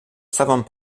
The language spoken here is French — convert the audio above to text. savons